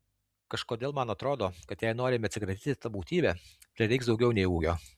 kažkodėl man atrodo kad jei norime atsikratyti ta būtybe prireiks daugiau nei ūgio